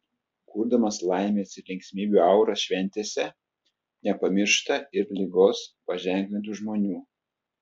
kurdamas laimės ir linksmybių auras šventėse nepamiršta ir ligos paženklintų žmonių